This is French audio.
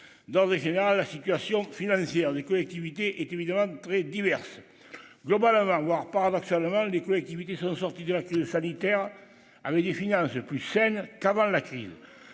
dans le général, la situation financière des collectivités est évidemment très diverses global avoir avoir paradoxalement les collectivités sont sortis directives sanitaires avec des finances plus saines qu'avant la crise,